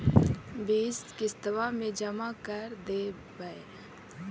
बिस किस्तवा मे जमा कर देवै?